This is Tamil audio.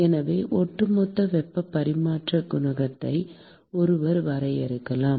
எனவே ஒட்டுமொத்த வெப்ப பரிமாற்ற குணகத்தை ஒருவர் வரையறுக்கலாம்